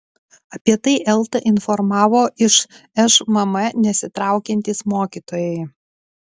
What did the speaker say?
apie tai eltą informavo iš šmm nesitraukiantys mokytojai